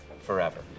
forever